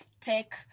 take